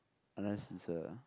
unless is a